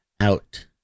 out